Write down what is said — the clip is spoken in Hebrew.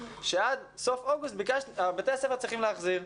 שעד סוף אוגוסט בתי הספר צריכים להחזיר,